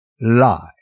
lie